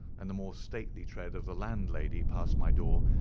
and the more stately tread of the landlady passed my door,